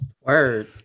Word